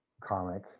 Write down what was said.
comic